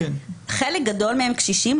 חלק גדול מהם קשישים,